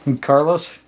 Carlos